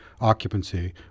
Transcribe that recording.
occupancy